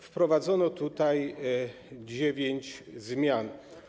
Wprowadzono tutaj dziewięć zmian.